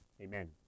Amen